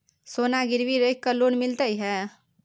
सोना गिरवी रख के लोन मिलते है?